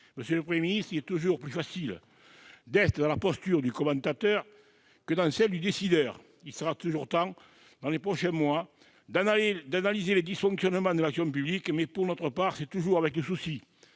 Monsieur le Premier ministre, il est toujours plus facile d'être dans la posture du commentateur que dans celle du décideur. Il sera toujours temps, dans les prochains mois, d'analyser les dysfonctionnements de l'action publique ; mais, si nous le faisons, c'est toujours, pour